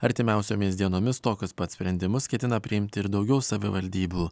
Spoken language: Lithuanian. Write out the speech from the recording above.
artimiausiomis dienomis tokius pat sprendimus ketina priimti ir daugiau savivaldybių